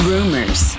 Rumors